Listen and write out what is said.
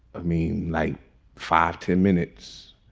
ah me like five, ten minutes.